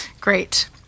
Great